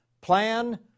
plan